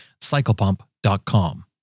CyclePump.com